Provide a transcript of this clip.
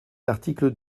l’article